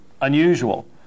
unusual